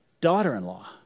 Daughter-in-law